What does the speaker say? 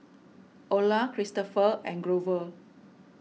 Orla Christopher and Grover